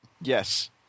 Yes